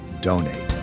donate